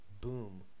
boom